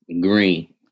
green